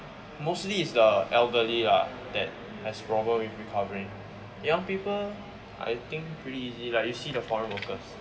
mostly it's the elderly lah that has problem recovering young people I think pretty easy like you see the foreign workers